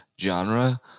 genre